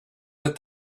that